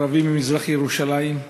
ערבי ממזרח-ירושלים,